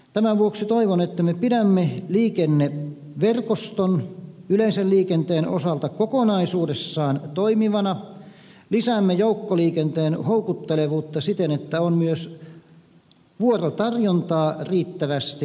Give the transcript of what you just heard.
tämän vuoksi toivon että me pidämme liikenneverkoston yleisen liikenteen osalta kokonaisuudessaan toimivana lisäämme joukkoliikenteen houkuttelevuutta siten että on myös vuorotarjontaa riittävästi